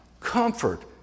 comfort